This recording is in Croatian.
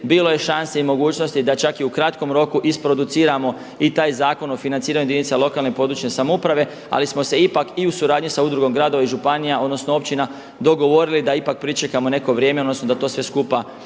bilo je šanse i mogućnosti da čak i u kratkom roku isproduciramo i taj Zakon o financiranju jedinica lokalne i područne samouprave ali smo se ipak i u suradnji sa Udrugom gradova i županija, odnosno općina dogovorili da ipak pričekamo neko vrijeme odnosno da to sve skupa napravimo